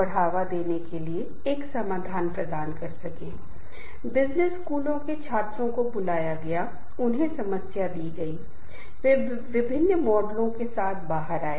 इसे कमांड समूह कहा जाता है इसका मतलब है कि उन्हें प्रदर्शन करने के लिए कुछ प्रकार के कार्य दिए गए हैं और इसके लिए जिम्मेदार एक व्यक्ति है और उसके पास या उसके सहयोगी हैं और वे प्रदर्शन करने के लिए मान रहे हैं